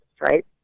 right